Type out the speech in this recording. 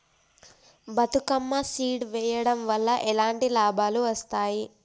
Bathukamma seed వెయ్యడం వల్ల ఎలాంటి లాభాలు వస్తాయి?